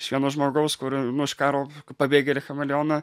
iš vieno žmogaus kur nu iš karo pabėgėlį chameleoną